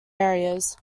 areas